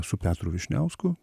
su petru vyšniausku